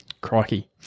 Crikey